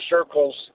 circles